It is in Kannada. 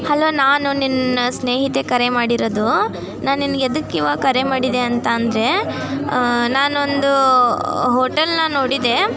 ಹಲೋ ನಾನು ನಿನ್ನ ಸ್ನೇಹಿತೆ ಕರೆ ಮಾಡಿರೋದು ನಾನು ನಿನಗೆ ಎದಿಕ್ಕೆ ಇವಾಗ ಕರೆ ಮಾಡಿದೆ ಅಂತ ಅಂದರೆ ನಾನು ಒಂದು ಹೋಟೆಲನ್ನ ನೋಡಿದೆ